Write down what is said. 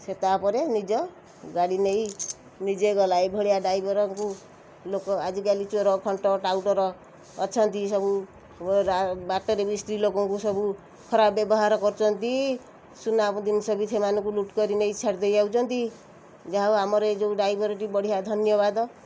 ସେ ତା'ପରେ ନିଜ ଗାଡ଼ି ନେଇ ନିଜେ ଗଲା ଏଇ ଭଳିଆ ଡ୍ରାଇଭର୍ଙ୍କୁ ଲୋକ ଆଜିକାଲି ଚୋର ଖଣ୍ଟ ଟାଉଟର ଅଛନ୍ତି ସବୁ ବାଟରେ ବି ସ୍ତ୍ରୀ ଲୋକଙ୍କୁ ସବୁ ଖରାପ ବ୍ୟବହାର କରୁଛନ୍ତି ସୁନା ଜିନିଷ ବି ସେମାନଙ୍କୁ ଲୁଟ୍ କରି ନେଇ ଛାଡ଼ି ଦେଇ ଆସୁଛନ୍ତି ଯାହା ହଉ ଆମର ଏ ଯେଉଁ ଡ୍ରାଇଭର୍ଟି ବଢ଼ିଆ ଧନ୍ୟବାଦ